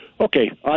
okay